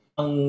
ang